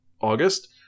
August